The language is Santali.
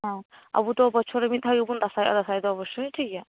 ᱦᱮᱸ ᱟᱵᱳᱫᱚ ᱵᱚᱪᱷᱚᱨ ᱨᱮ ᱢᱤᱫ ᱫᱷᱟᱣ ᱜᱮᱵᱚᱱ ᱫᱟᱥᱟᱸᱭᱚᱜ ᱼᱟ ᱫᱟᱥᱟᱸᱭ ᱫᱚ ᱚᱵᱚᱥᱥᱚ ᱴᱷᱤᱠᱜᱮᱭᱟ